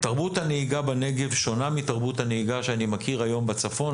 תרבות הנהיגה בנגב שונה מתרבות הנהיגה שאני מכיר היום בצפון.